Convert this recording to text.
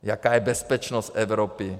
Jaká je bezpečnost Evropy.